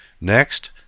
next